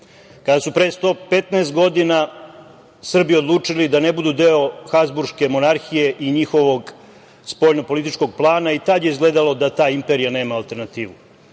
Kada su pre 115 godina Srbi odlučili da ne budu deo Habzburške monarhije i njihovog spoljnopolitičkog plana i tad je izgledalo da ta imperija nema alternativu. Znači,